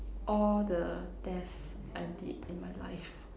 all the tests I did in my life